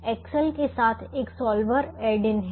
अब यह एक्सेल के साथ एक सॉल्वर ऐड इन है